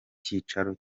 cyicaro